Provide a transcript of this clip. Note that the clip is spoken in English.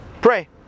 pray